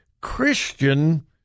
Christian